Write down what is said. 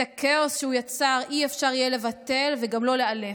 את הכאוס שהוא יצר אי-אפשר יהיה לבטל וגם לא לאַלף.